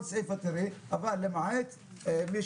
תראי בסיפה: אבל למעט מי